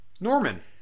Norman